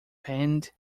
penned